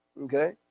Okay